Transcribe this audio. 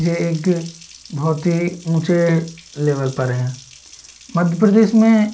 ये एक बहुत ही ऊँचे लेवल पर हैं मध्य प्रदेश में